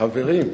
חברים,